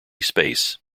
space